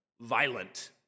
violent